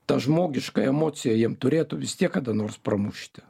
ta žmogiška emocija jiem turėtų vis tiek kada nors pramušti